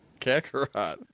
Kakarot